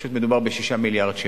פשוט מדובר ב-6 מיליארד שקל.